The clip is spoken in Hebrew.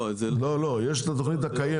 לא לא יש את התוכנית הקיימת.